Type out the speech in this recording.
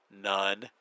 None